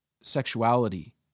sexuality